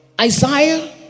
Isaiah